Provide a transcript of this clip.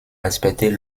respecter